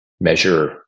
measure